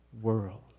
world